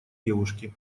девушки